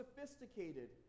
sophisticated